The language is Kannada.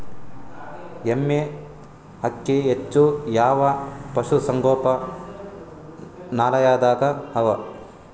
ಎಮ್ಮೆ ಅಕ್ಕಿ ಹೆಚ್ಚು ಯಾವ ಪಶುಸಂಗೋಪನಾಲಯದಾಗ ಅವಾ?